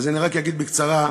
אני רק אגיד בקצרה,